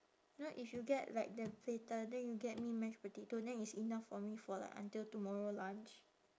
know if you get like the platter then you get me mash potato then it's enough for me for like until tomorrow lunch